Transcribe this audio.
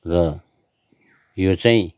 र यो चाहिँ